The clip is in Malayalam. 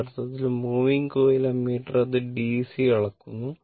യഥാർത്ഥത്തിൽ മൂവിങ് കോയിൽ അമ്മീറ്റർ അത് DC അളക്കുന്നു